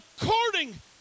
According